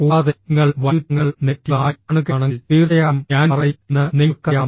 കൂടാതെ നിങ്ങൾ വൈരുദ്ധ്യങ്ങൾ നെഗറ്റീവ് ആയി കാണുകയാണെങ്കിൽ തീർച്ചയായും ഞാൻ പറയും എന്ന് നിങ്ങൾക്കറിയാം